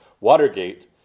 watergate